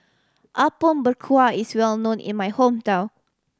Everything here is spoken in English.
Apom Berkuah is well known in my hometown